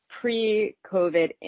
pre-COVID